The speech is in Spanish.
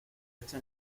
hecha